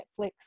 Netflix